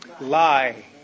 Lie